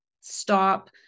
stop